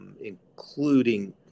including